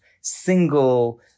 single